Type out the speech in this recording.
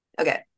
Okay